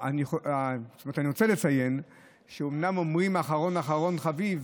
אני רוצה לציין שאומנם אומרים "אחרון אחרון חביב",